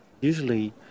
Usually